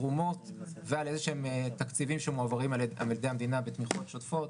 תרומות ועל איזשהם תקציבים שמועברים על ידי המדינה בתמיכות שוטפות,